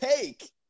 take